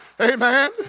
Amen